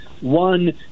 one